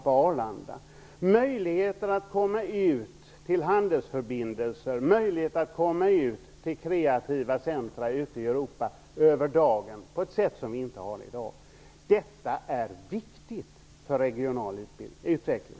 Vi får möjligheter att komma ut till handelsförbindelser och till kreativa centra ute i Europa över dagen, på ett sätt som vi inte kan i dag. Detta är viktigt för regional utveckling.